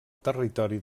territori